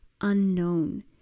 unknown